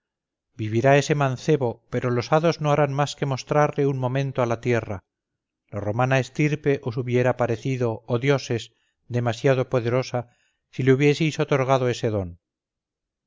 tuyos vivirá ese mancebo pero los hados no harán más que mostrarle un momento a la tierra la romana estirpe os hubiera parecido oh dioses demasiado poderosa si le hubieseis otorgado ese don